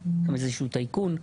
איזשהו טייקון,